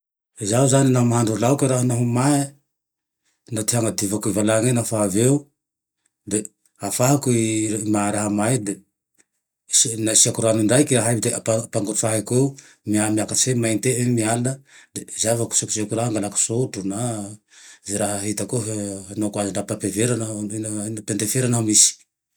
Zaho zane laha mahandro laoke raho naho may e, na ty hanadiovako e valany iny lafa avy eo, de afahako i raha may iny le nasiako rano ndraiky raha iny de ampangotrahiko eo. Mihamiakatsy eo mainty iny, i miala. De zay vo kosekosehiko raha, angalako sotro na ze raha hitako eo naoko aze na papier vera na pendefera laha misy